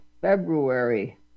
february